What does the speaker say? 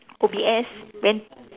O_B_S when